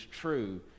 true